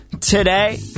today